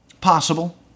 Possible